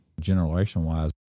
generation-wise